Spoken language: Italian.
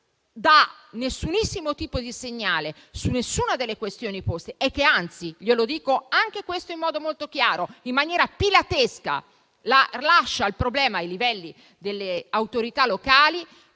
dato nessunissimo tipo di segnale su nessuna delle questioni poste. Anzi, glielo dico anche in modo molto chiaro: tale risposta, in maniera pilatesca, lascia il problema al livello delle autorità locali.